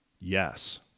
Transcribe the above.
Yes